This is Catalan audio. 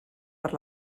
per